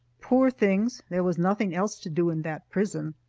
poor things! there was nothing else to do in that prison.